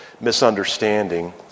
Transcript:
misunderstanding